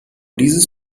dieses